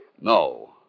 No